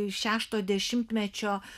šešto dešimtmečio